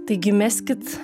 taigi meskit